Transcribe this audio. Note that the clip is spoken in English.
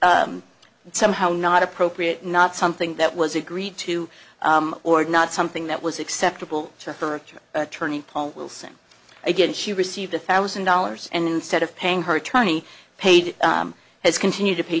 was somehow not appropriate not something that was agreed to or not something that was acceptable to her to attorney paul wilson again she received a thousand dollars and instead of paying her attorney paid has continued to pay